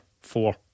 four